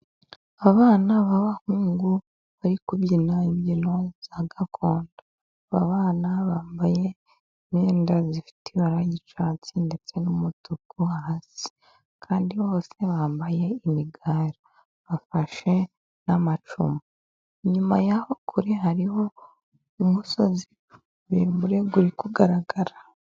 Abana b'abahungu bari kubyina imbyino za gakondo, abana bambaye imyenda zifite ibara ry'icyatsi ndetse n'umutuku hasi, kandi bose bambaye imigara, bafashe n'amacumu. Inyuma yaho kure hariho umusozi muremure uri kugaragara.